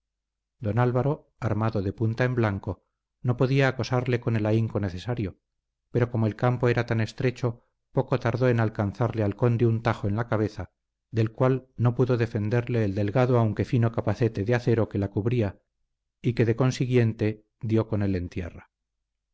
don álvaro armado de punta en blanco no podía acosarle con el ahínco necesario pero como el campo era tan estrecho poco tardó en alcanzarle al conde un tajo en la cabeza del cual no pudo defenderle el delgado aunque fino capacete de acero que la cubría y que de consiguiente dio con él